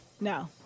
No